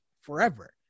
forever